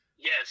Yes